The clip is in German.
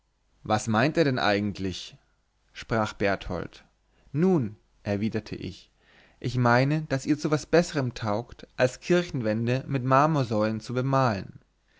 was meint ihr denn eigentlich sprach berthold nun erwiderte ich ich meine daß ihr zu etwas besserem taugt als kirchenwände mit marmorsäulen zu bemalen